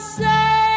say